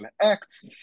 acts